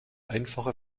einfache